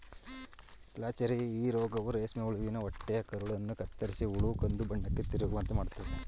flacherie ಈ ರೋಗವು ರೇಷ್ಮೆ ಹುಳುವಿನ ಹೊಟ್ಟೆಯ ಕರುಳನ್ನು ಕತ್ತರಿಸಿ ಹುಳು ಕಂದುಬಣ್ಣಕ್ಕೆ ತಿರುಗುವಂತೆ ಮಾಡತ್ತದೆ